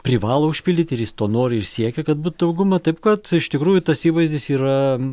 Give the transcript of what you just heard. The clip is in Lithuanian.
privalo užpildyti ir jis to nori ir siekia kad būtų dauguma taip kad iš tikrųjų tas įvaizdis yra